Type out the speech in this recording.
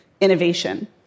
innovation